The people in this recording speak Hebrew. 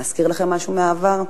מזכיר לכם משהו מהעבר?